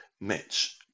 mitch